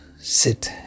sit